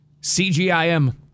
CGIM